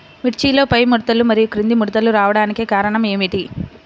మిర్చిలో పైముడతలు మరియు క్రింది ముడతలు రావడానికి కారణం ఏమిటి?